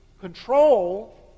control